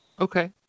okay